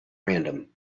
random